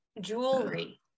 jewelry